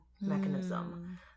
mechanism